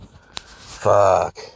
fuck